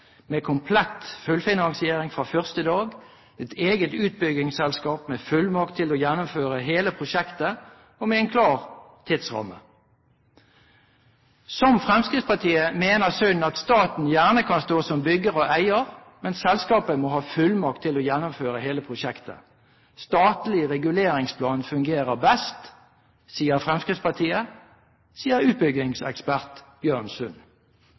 med komplett fullfinansiering fra første dag, et eget utbyggingsselskap med fullmakt til å gjennomføre hele prosjektet og med en klar tidsramme. Som Fremskrittspartiet mener Sund at staten gjerne kan stå som bygger og eier, men selskapet må ha fullmakt til å gjennomføre hele prosjektet. Statlig reguleringsplan fungerer best, sier Fremskrittspartiet – sier utbyggingsekspert